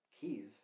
Keys